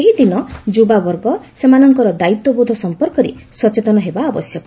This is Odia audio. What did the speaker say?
ଏହି ଦିନ ଯୁବାବର୍ଗ ସେମାନଙ୍କର ଦାୟିତ୍ୱବୋଧ ସମ୍ପର୍କରେ ସଚେତନ ହେବା ଆବଶ୍ୟକ